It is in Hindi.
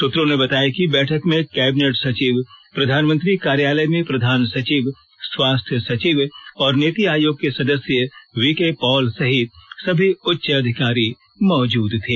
सूत्रों ने बताया कि बैठक में कैबिनेट सचिव प्रधानमंत्री कार्यालय में प्रधान सचिव स्वास्थ्य सचिव और नीति आयोग के सदस्य वीकेपॉल सहित सभी उच्च अधिकारी मौजूद थे